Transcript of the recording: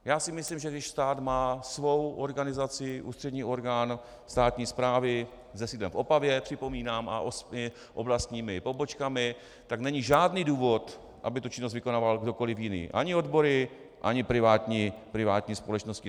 Já si myslím, když stát má svou organizaci, ústřední orgán státní správy se sídlem v Opavě, připomínám, s osmi oblastními pobočkami, tak není žádný důvod, aby tu činnost vykonával kdokoli jiný, ani odbory ani privátní společnosti.